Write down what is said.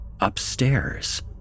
upstairs